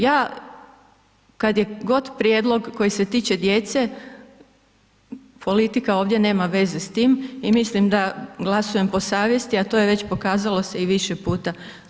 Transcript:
Ja kada je god prijedlog, koji se tiče djece, politika ovdje nema veze s tim i mislim da glasujem po savjesti, a to je već pokazalo se i više puta.